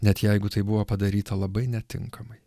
net jeigu tai buvo padaryta labai netinkamai